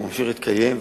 הוא ממשיך להתקיים,